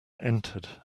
entered